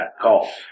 call